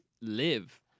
live